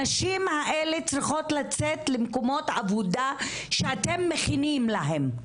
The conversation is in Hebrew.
הנשים האלה צריכות לצאת למקומות עבודה שאתם מכינים להם.